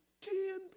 ten